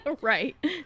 Right